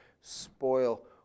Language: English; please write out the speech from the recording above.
spoil